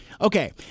okay